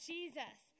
Jesus